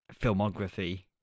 filmography